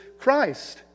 Christ